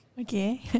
Okay